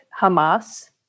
Hamas